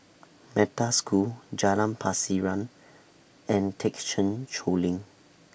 Metta School Jalan Pasiran and Thekchen Choling